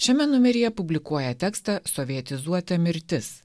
šiame numeryje publikuoja tekstą sovietizuota mirtis